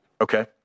Okay